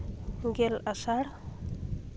ᱜᱮᱞ ᱟᱥᱟᱲ